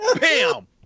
Bam